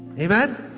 amen.